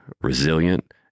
resilient